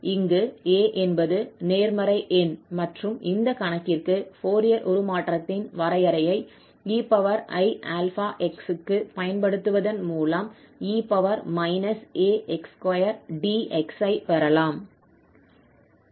இங்கு a என்பது நேர்மறை எண் மற்றும் இந்த கணக்கிற்கு ஃபோரியர் உருமாற்றத்தின் வரையறையை 𝑒𝑖𝛼𝑥 க்கு பயன்படுத்துவதன் மூலம் e ax2𝑑𝑥 ஐ பெறலாம்